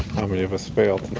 how many of us fail